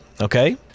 okay